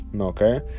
okay